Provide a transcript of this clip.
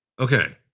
Okay